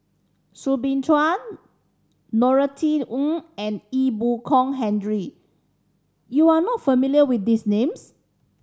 Soo Bin Chua Norothy Ng and Ee Boon Kong Henry you are not familiar with these names